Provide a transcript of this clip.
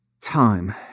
Time